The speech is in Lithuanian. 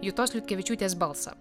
jutos liutkevičiūtės balsą